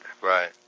Right